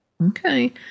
Okay